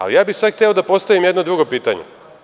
Ali, ja bih sada hteo da postavim jedno drugo pitanje.